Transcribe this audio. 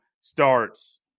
starts